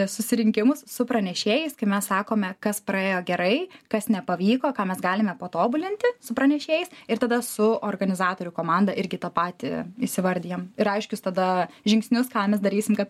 susirinkimus su pranešėjais kai mes sakome kas praėjo gerai kas nepavyko ką mes galime patobulinti su pranešėjais ir tada su organizatorių komanda irgi tą patį įsivardijam ir aiškius tada žingsnius ką mes darysim kad